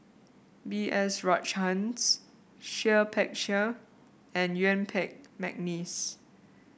B S Rajhans Seah Peck Seah and Yuen Peng McNeice